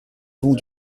avons